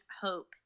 hope